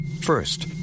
First